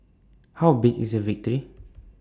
how big is the victory